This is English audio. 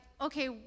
okay